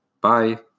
Bye